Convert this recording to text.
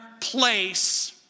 place